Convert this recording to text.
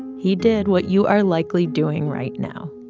he did what you are likely doing right now.